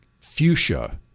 fuchsia